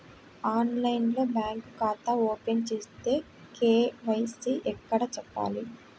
ఆన్లైన్లో బ్యాంకు ఖాతా ఓపెన్ చేస్తే, కే.వై.సి ఎక్కడ చెప్పాలి?